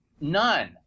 none